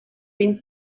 been